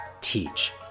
Teach